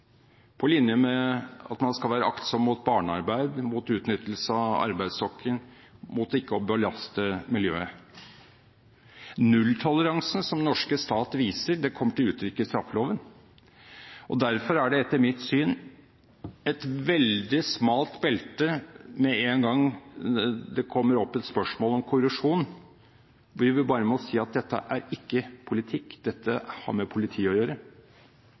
på linje med at man skal være aktsom mot barnearbeid, mot utnyttelse av arbeidsstokken og mot å belaste miljøet. Nulltoleransen som den norske stat viser, kommer til uttrykk i straffeloven. Derfor er det etter mitt syn et veldig smalt belte med en gang det kommer opp et spørsmål om korrupsjon, hvor vi bare må si at dette ikke er politikk, det har med politiet å gjøre.